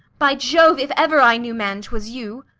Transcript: by jove, if ever i knew man, twas you.